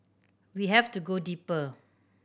we have to go deeper